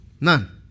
None